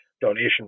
donation